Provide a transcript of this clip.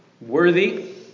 Worthy